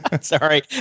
sorry